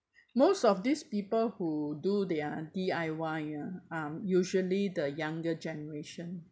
most of these people who do their D_I_Y ya um usually the younger generation